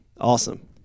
awesome